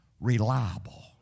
reliable